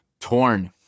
torn